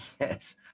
yes